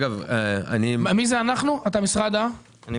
יש